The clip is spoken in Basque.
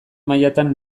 mailatan